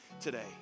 today